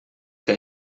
que